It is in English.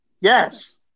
yes